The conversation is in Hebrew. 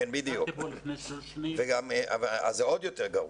כן, בדיוק, אז זה עוד יותר גרוע.